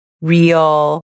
real